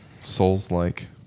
Souls-like